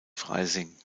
freising